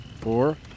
Four